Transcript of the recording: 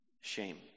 Shame